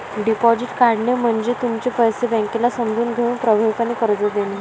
deposit काढणे म्हणजे तुमचे पैसे बँकेला समजून घेऊन प्रभावीपणे कर्ज देणे